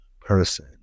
person